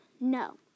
No